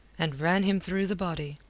and ran him through the body.